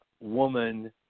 woman